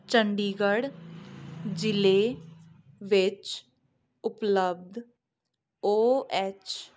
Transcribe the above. ਚੰਡੀਗੜ੍ਹ ਜ਼ਿਲ੍ਹੇ ਵਿੱਚ ਉਪਲੱਬਧ ਓ ਐੱਚ